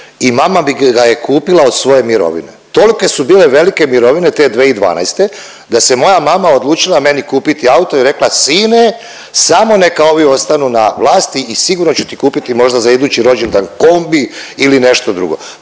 i mama mi ga je kupila od svoje mirovine tolike su bile velike mirovine 2012. da se moja mama odlučila meni kupiti auto i rekla sine samo neka ovi ostanu na vlasti i sigurno ću ti kupiti možda za idući rođendan kombi ili nešto drugo.